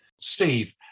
Steve